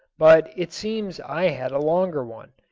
but it seems i had a longer one.